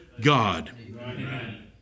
God